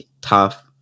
tough